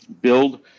build